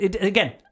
again